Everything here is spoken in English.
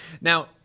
Now